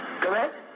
Correct